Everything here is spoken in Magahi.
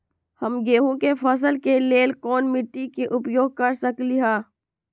हम गेंहू के फसल के लेल कोन मिट्टी के उपयोग कर सकली ह?